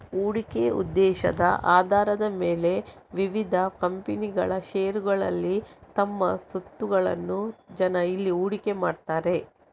ಹೂಡಿಕೆ ಉದ್ದೇಶದ ಆಧಾರದ ಮೇಲೆ ವಿವಿಧ ಕಂಪನಿಗಳ ಷೇರುಗಳಲ್ಲಿ ತಮ್ಮ ಸ್ವತ್ತುಗಳನ್ನ ಜನ ಇಲ್ಲಿ ಹೂಡಿಕೆ ಮಾಡ್ತಾರೆ